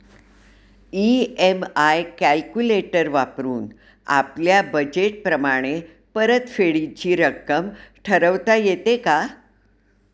EMI calculator वापरून आपापल्या budget प्रमाणे परतफेडीची रक्कम ठरवता येते का?